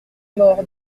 mort